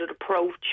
approach